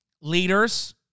Leaders